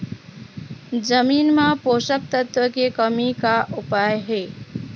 जमीन म पोषकतत्व के कमी का उपाय हे?